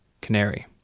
Canary